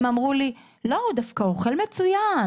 הם אמרו לי שהוא דווקא אוכל מצוין.